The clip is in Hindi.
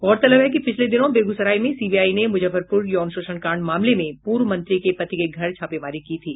गौरतलब है कि पिछले दिनों बेगूसराय में सीबीआई ने मुजफ्फरपुर यौन शोषण कांड मामले में पूर्व मंत्री के पति के घर छापेमारी की थी